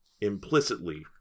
implicitly